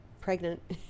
pregnant